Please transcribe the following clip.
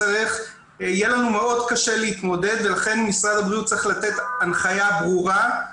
ויהיה לנו מאוד קשה להתמודד ולכן משרד הבריאות צריך לתת הנחיה ברורה,